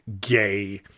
gay